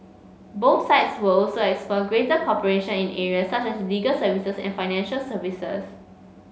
both sides will also explore greater cooperation in areas such as legal services and financial services